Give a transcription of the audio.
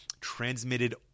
transmitted